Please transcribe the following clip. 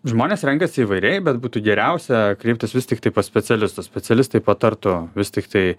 žmonės renkasi įvairiai bet būtų geriausia kreiptis vis tiktai pas specialistus specialistai patartų vis tiktai